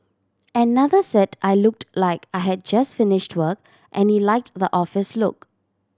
another said I looked like I had just finished work and he liked the office look